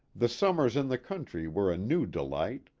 the summers in the country were a new delight,